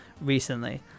recently